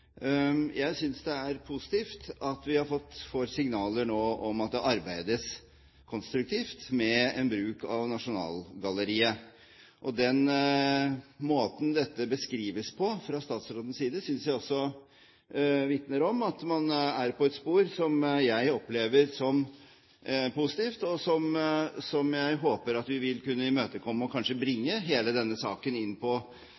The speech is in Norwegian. Jeg synes det er positivt at vi får signaler nå om at det arbeides konstruktivt med en bruk av Nasjonalgalleriet. Måten dette beskrives på fra statsrådens side, synes jeg også vitner om at man er på et spor som jeg opplever som positivt, og som jeg håper vi vil kunne imøtekomme, slik at vi kanskje kan bringe hele denne saken inn på et litt annet og